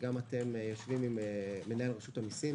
ואתם גם תיפגשו עם מנהל רשות המסים